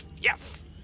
yes